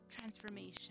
transformation